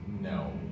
no